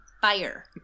fire